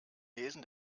lesen